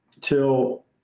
till